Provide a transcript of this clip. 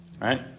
right